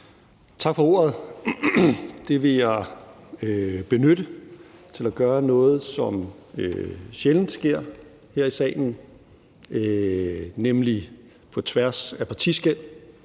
Tak for ordet. Det vil jeg benytte til at gøre noget, som sjældent sker her i salen, nemlig på tværs af partiskel